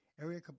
Area